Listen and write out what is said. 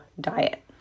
diet